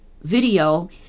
video